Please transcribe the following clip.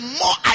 more